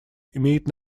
имеет